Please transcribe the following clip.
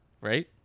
right